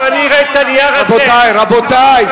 רבותי, רבותי.